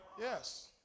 Yes